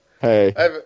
Hey